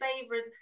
favorite